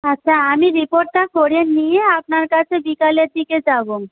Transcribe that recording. আচ্ছা আমি রিপোর্টটা করিয়ে নিয়ে আপনার কাছে বিকালের দিকে যাব